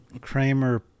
Kramer